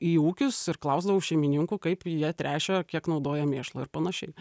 į ūkius ir klausdavau šeimininkų kaip jie tręšia kiek naudoja mėšlo ir panašiai